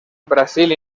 brasil